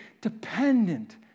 dependent